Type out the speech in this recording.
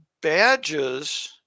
badges